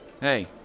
Hey